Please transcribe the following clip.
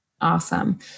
Awesome